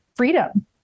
Freedom